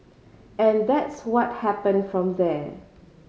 and that's what happened from there